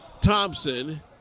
Thompson